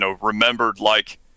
remembered-like